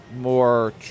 more